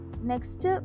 Next